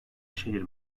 şehir